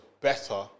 better